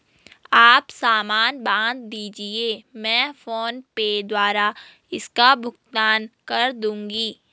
आप सामान बांध दीजिये, मैं फोन पे द्वारा इसका भुगतान कर दूंगी